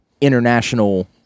international